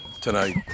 tonight